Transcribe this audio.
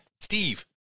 Steve